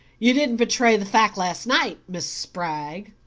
you didn't betray the fact last night. miss spragg.